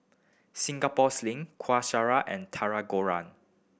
Singapore Sling Kueh Syara and Tahu Goreng